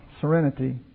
serenity